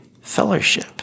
fellowship